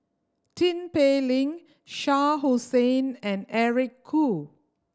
Tin Pei Ling Shah Hussain and Eric Khoo